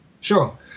Sure